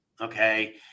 okay